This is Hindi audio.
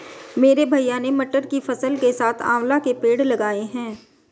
मेरे भैया ने मटर की फसल के साथ आंवला के पेड़ लगाए हैं